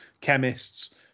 chemists